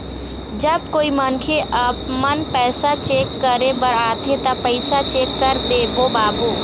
जब कोई मनखे आपमन पैसा चेक करे बर आथे ता पैसा चेक कर देबो बाबू?